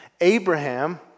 Abraham